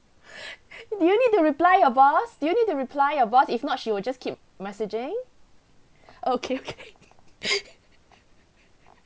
do you need to reply your boss do you need to reply your boss if not she will just keep messaging okay okay